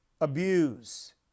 abuse